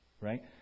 right